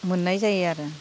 मोननाय जायो आरो